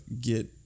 get